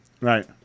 right